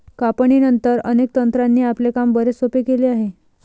कापणीनंतर, अनेक तंत्रांनी आपले काम बरेच सोपे केले आहे